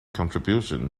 contribution